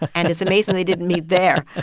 and it's amazing they didn't meet there.